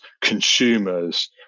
consumers